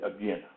again